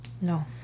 No